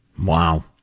Wow